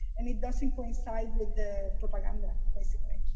and it doesn't coincide with the propaganda, basically.